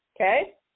Okay